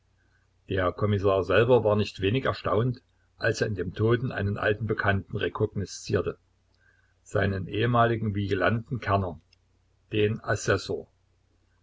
der kommissar selber war nicht wenig erstaunt als er in dem toten einen alten bekannten rekognoszierte seinen ehemaligen vigilanten kerner den